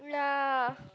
ya